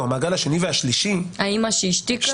המעגל השני והשלישי --- האמא שהשתיקה,